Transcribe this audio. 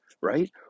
right